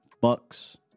Bucks